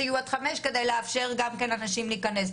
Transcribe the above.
שיהיו עד 17:00 כדי לאפשר לאנשים להיכנס.